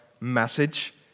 message